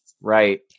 right